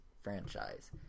franchise